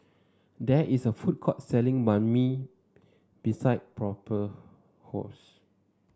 there is a food court selling Banh Mi beside Prosper house